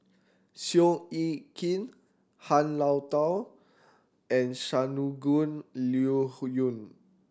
Seow Yit Kin Han Lao Da and Shangguan Liu yun